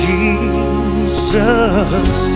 Jesus